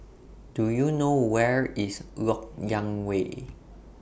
Do YOU know Where IS Lok Yang Way